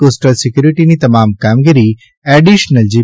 coastal સિક્યુરીટીની તમામ કામગીરી એડીશનલ જી